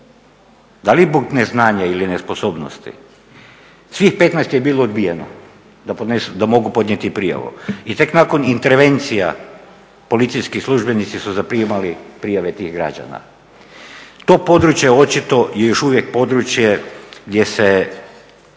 Da li zbog neznanja ili nesposobnosti svih 15 je bilo odbijeno da mogu podnijeti prijavu. I tek nakon intervencija policijski službenici su zaprimali prijave tih građana. To područje je očito je još uvijek područje gdje se